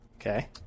Okay